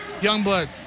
Youngblood